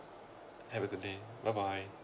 have a good day bye bye